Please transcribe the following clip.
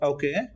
Okay